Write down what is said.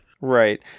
right